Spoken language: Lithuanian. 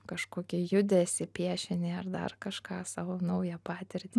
kažkokį judesį piešinį ar dar kažką savo naują patirtį